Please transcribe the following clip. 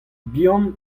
bihan